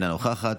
אינה נוכחת,